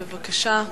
בבקשה.